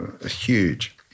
huge